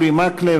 אורי מקלב,